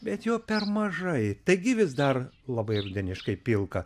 bet jo per mažai taigi vis dar labai rudeniškai pilka